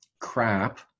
crap